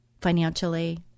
financially